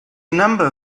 number